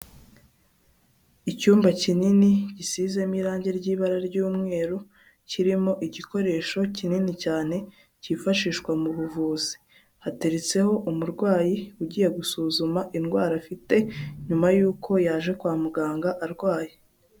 Icyumba kinini gisizemo irange ry'ibara ry'umweru kirimo igikoresho kinini cyane kifashishwa mu buvuzi, hateretseho umurwayi ugiye gusuzuma indwara afite nyuma y'uko yaje kwa muganga arwaye.